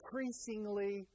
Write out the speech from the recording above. increasingly